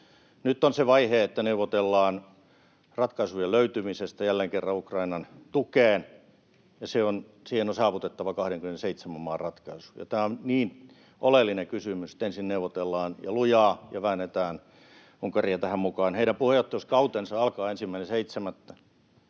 Nyt on se vaihe, että neuvotellaan ratkaisujen löytymisestä jälleen kerran Ukrainan tukeen, ja siihen on saavutettava 27 maan ratkaisu. Tämä on niin oleellinen kysymys, että ensin neuvotellaan ja lujaa ja väännetään Unkaria tähän mukaan. Heidän puheenjohtajuuskautensa alkaa 1.7.